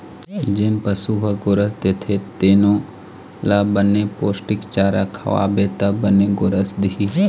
जेन पशु ह गोरस देथे तेनो ल बने पोस्टिक चारा खवाबे त बने गोरस दिही